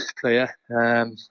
player